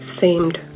seemed